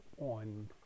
on